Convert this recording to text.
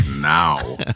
now